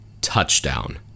Touchdown